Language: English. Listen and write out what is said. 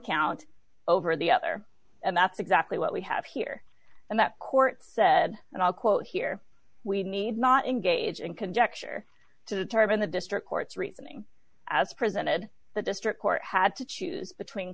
count over the other and that's exactly what we have here and that court said and i'll quote here we need not engage in conjecture to turbin the district court's reasoning as presented the district court had to choose between